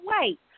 wait